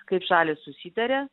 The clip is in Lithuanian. kaip šalys susitarė